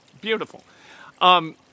Beautiful